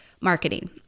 marketing